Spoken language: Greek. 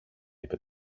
είπε